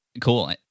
Cool